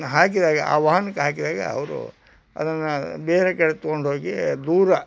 ಹಾಕಿದಾಗ ಆ ವಾಹನಕ್ಕೆ ಹಾಕಿದಾಗ ಅವರು ಅದನ್ನು ಬೇರೆ ಕಡೆ ತೊಗೊಂಡು ಹೋಗಿ ದೂರ